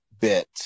bit